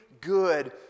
good